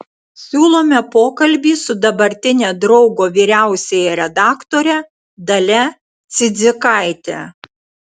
siūlome pokalbį su dabartine draugo vyriausiąja redaktore dalia cidzikaite